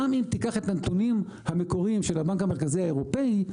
גם אם תיקח את הנתונים המקוריים של הבנק המרכזי האירופי,